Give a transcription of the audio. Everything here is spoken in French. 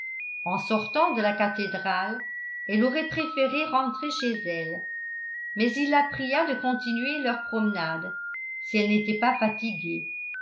en sortant de la cathédrale elle aurait préféré rentrer chez elle mais il la pria de continuer leur promenade si elle n'était pas fatiguée